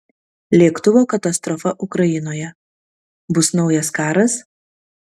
lėktuvo katastrofa ukrainoje bus naujas karas